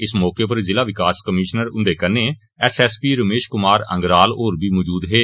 इस मौके पर जिला विकास कमीश्नर हुंदे कन्नै S S P Ramesh Kumar Angral होर बी मौजूद हे